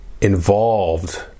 involved